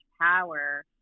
power